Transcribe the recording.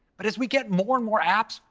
but as we get more and more apps,